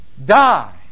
Die